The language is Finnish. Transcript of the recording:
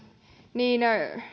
niin